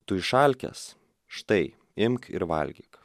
tu išalkęs štai imk ir valgyk